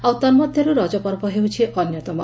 ଆଉ ତନ୍କଧରୁ ରଜପର୍ବ ହେଉଛି ଅନ୍ୟତମ